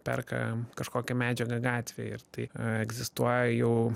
perka kažkokią medžiagą gatvėj ir tai egzistuoja jau